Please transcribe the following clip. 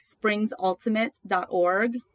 springsultimate.org